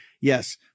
yes